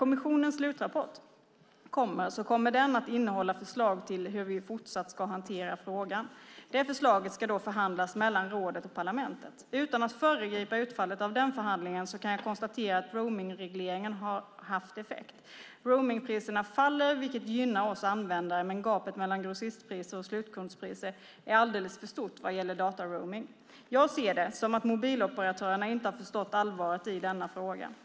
Kommissionens slutrapport kommer att innehålla förslag till hur vi fortsatt ska hantera frågan. Det förslaget ska då förhandlas mellan rådet och parlamentet. Utan att föregripa utfallet av den förhandlingen så kan jag konstatera att roamingregleringen har haft effekt. Roamingpriserna faller, vilket gynnar oss användare men gapet mellan grossistpriser och slutkundspriser är alldeles för stort vad gäller dataroaming. Jag ser det som att mobiloperatörerna inte har förstått allvaret i denna fråga.